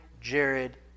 Jared